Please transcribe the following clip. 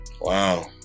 Wow